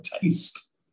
taste